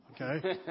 Okay